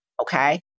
okay